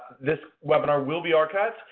this webinar will be archived,